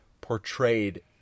portrayed